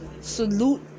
Salute